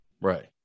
right